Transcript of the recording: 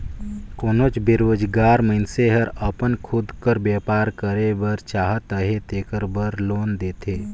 कोनोच बेरोजगार मइनसे हर अपन खुद कर बयपार करे बर चाहत अहे तेकर बर लोन देथे